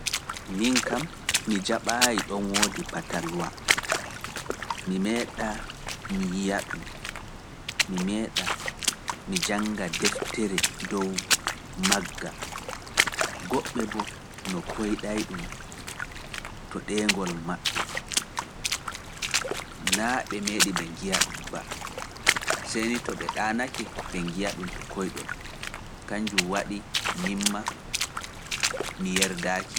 Kanjun woni nde mi faami no dun piirowal yahirta e no dun wadirta ngal e no dun yahinirta ngal.